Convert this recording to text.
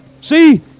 See